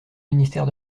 ministère